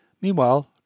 Meanwhile